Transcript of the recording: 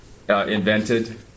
Invented